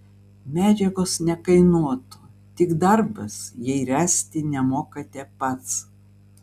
medžiagos nekainuotų tik darbas jei ręsti nemokate pats